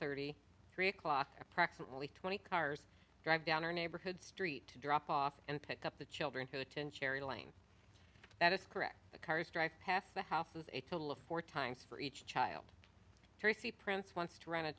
thirty three o'clock approximately twenty cars drive down our neighborhood street drop off and pick up the children who attend cherry lane that is correct the cars drive past the houses a total of four times for each child to see prince wants to run a